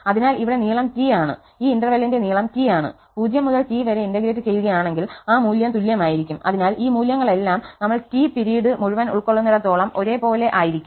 അതിനാൽ ഇവിടെ നീളം T ആണ് ഈ ഇന്റർവെല്ലിന്റെ നീളം T ആണ് 0 മുതൽ T വരെ ഇന്റഗ്രേറ്റ് ചെയ്യുകയാണെങ്കിൽ ആ മൂല്യം തുല്യമായിരിക്കും അതിനാൽ ഈ മൂല്യങ്ങളെല്ലാം നമ്മൾ T പിരീഡ് മുഴുവൻ ഉൾക്കൊള്ളുന്നിടത്തോളം ഒരേപോലെ ആയിരിക്കും